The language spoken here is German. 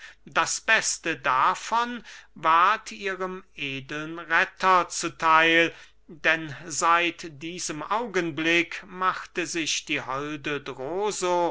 das beste davon ward ihrem edeln retter zu theil denn seit diesem augenblick machte sich die holde droso